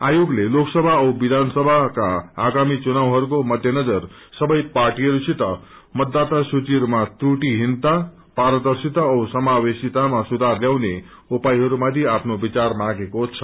आयोगले लोकसभा औ विधानसभाहरूको आगामी चुनावहरूको मध्यनजर सबै पार्टीहरूसित मतदाता सूचीहरूमा त्रुटिहीनता पारदश्रिता औ समावेशितामा सुधार ल्याउने उपायहरू माथि आफ्नो विचार मागेको छ